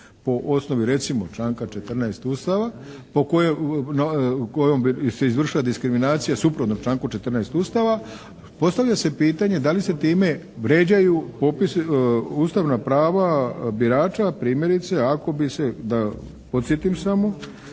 po osnovi recimo članka 14. Ustava kojom bi se izvršila diskriminacija sukladno članku 14. Ustava postavlja se pitanje da li se time vrijeđaju Ustavna prava birača primjerice ako se, da podsjetim samo,